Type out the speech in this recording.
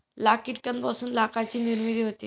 लाख कीटकांपासून लाखाची निर्मिती होते